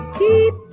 keep